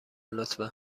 لطفا